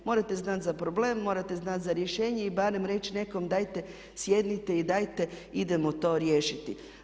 Morate znate za problem, morate znati za rješenje i barem reći nekom dajte sjednite i dajte idemo to riješiti.